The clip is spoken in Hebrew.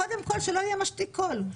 קודם כל שלא יהיה משתיק קול,